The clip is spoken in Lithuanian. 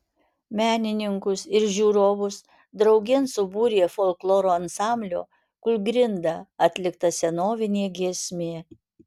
menininkus ir žiūrovus draugėn subūrė folkloro ansamblio kūlgrinda atlikta senovinė giesmė